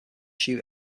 shoot